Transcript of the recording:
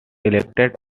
elected